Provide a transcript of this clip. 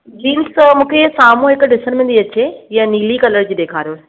jeans त मूंखे इहा साम्हूं हिकु ॾिसण में थी अचे इहा नीली कलर जी ॾेखारियो